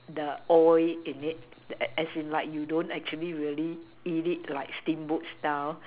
the oil in it as as in like you don't actually really eat it like steamboat style